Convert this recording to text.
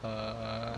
err